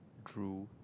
drool